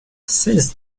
seize